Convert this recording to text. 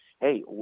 hey